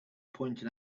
pointed